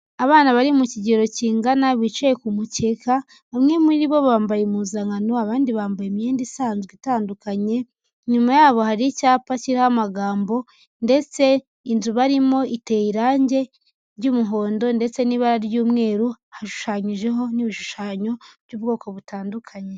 Abana bari mu kigero kingana bicaye ku mukeka, bamwe muri bo bambaye impuzankano abandi bambaye imyenda isanzwe itandukanye, inyuma yabo hari icyapa kiho amagambo ndetse inzu barimo iteye irange ry'umuhondo ndetse n'ibara ry'umweru, hashushanyijeho n'ibishushanyo by'ubwoko butandukanye.